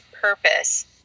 purpose